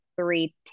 three